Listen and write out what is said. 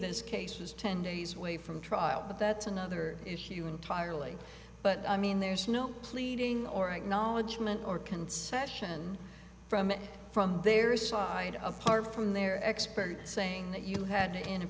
this case is ten days away from trial but that's another issue entirely but i mean there's no pleading or acknowledgement or concession from from there is side of part from their expert saying that you had to in